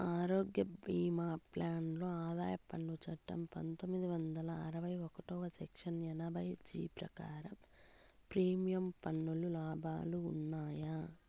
ఆరోగ్య భీమా ప్లాన్ లో ఆదాయ పన్ను చట్టం పందొమ్మిది వందల అరవై ఒకటి సెక్షన్ ఎనభై జీ ప్రకారం ప్రీమియం పన్ను లాభాలు ఉన్నాయా?